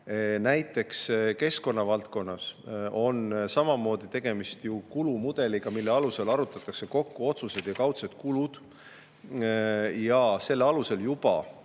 Näiteks keskkonna valdkonnas on samamoodi tegemist kulumudeliga, mille alusel arvutatakse kokku otsesed ja kaudsed kulud. Ja selle alusel juba